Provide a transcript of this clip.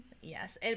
Yes